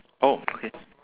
oh okay